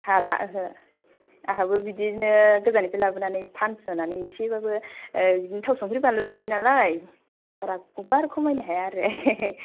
हाला ओहो आंहाबो बिदिनो गोजाननिफ्राय लाबोनानै फानस'नानै एसेबाबो थाव संख्रि बानलु जायो नालाय बारा अभार खमायनो हाया आरो